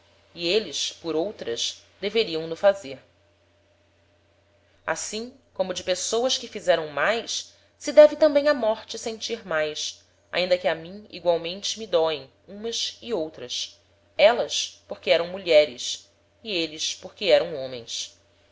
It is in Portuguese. e êles por outras deveriam no fazer assim como de pessoas que fizeram mais se deve tambem a morte sentir mais ainda que a mim egualmente me doem umas e outras élas porque eram mulheres e êles porque eram homens